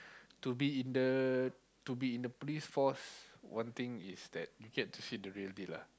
to be in the to be in the Police Force ine thing you get to see the real deal lah